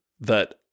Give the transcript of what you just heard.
that-